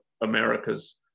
America's